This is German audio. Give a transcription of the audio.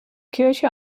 kirche